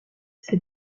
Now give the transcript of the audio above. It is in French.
ses